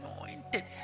anointed